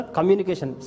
Communication